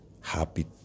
happy